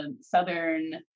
Southern